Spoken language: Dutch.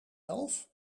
elf